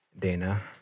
Dana